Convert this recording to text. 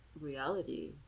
reality